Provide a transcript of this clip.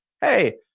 hey